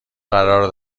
قرار